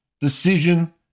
decision